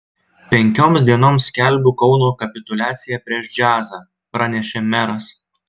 penkioms dienoms skelbiu kauno kapituliaciją prieš džiazą pranešė meras